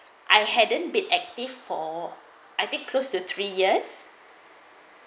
I hadn't been active for I think close to three years